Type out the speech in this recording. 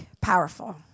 powerful